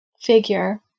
figure